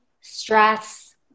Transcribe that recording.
stress